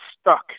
stuck